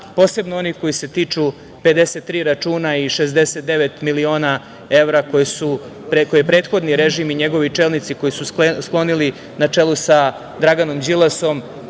posebno onih koji se tiču 53 računa i 69 miliona evra koji je prethodni režim i njegovi čelnici koji su sklonili, na čelu sa Draganom Đilasom